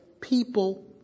people